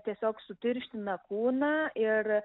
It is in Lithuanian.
tiesiog sutirština kūną ir